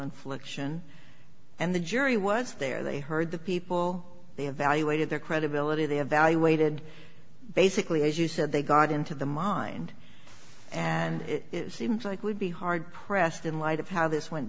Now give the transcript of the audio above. infliction and the jury was there they heard the people they evaluated their credibility they evaluated basically as you said they got into the mind and it seems like would be hard pressed in light of how this went